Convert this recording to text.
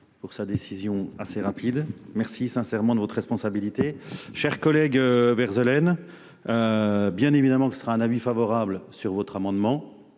Merci